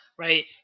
right